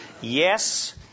yes